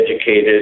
educated